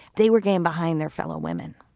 they were getting behind their fellow women